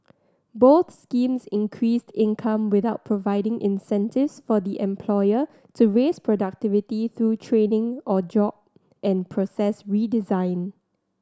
both schemes increased income without providing incentives for the employer to raise productivity through training or job and process redesign